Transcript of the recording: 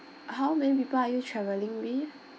how many people are you travelling with